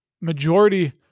majority